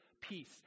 peace